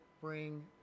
bring